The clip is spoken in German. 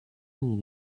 nie